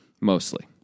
Mostly